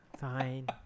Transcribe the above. Fine